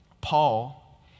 Paul